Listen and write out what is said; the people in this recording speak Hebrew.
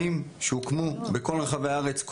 הוקמו בכל רחבי הארץ מרחבים מבצעיים,